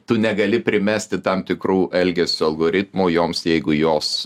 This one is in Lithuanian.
tu negali primesti tam tikrų elgesio algoritmų joms jeigu jos